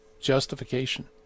justification